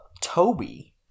Toby